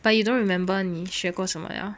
but you don't remember 你学过什么 ah